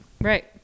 Right